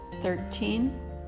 thirteen